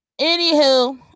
Anywho